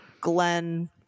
glenn